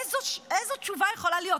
איזה תשובה יכולה להיות?